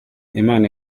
imana